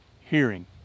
hearing